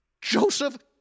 Joseph